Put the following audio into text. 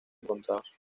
encontrados